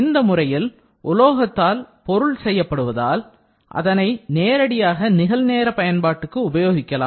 இந்த முறையில் உலோகத்தால் பொருள் செய்யப்படுவதால் அதனை நேரடியாக நிகழ்நேர பயன்பாட்டுக்கு உபயோகிக்கலாம்